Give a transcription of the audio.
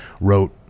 wrote